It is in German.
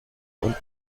und